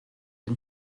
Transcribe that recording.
den